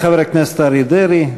תודה לחבר הכנסת אריה דרעי.